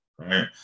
Right